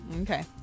Okay